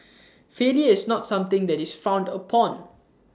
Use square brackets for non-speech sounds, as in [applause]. [noise] failure is not something that is frowned upon